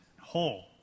whole